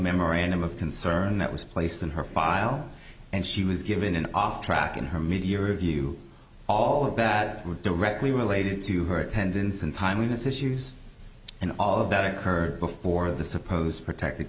memorandum of concern that was placed in her file and she was given an off track in her mid year review all of that were directly related to her attendance and timeliness issues and all of that occurred before the supposed protected